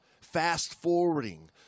fast-forwarding